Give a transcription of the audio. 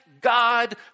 God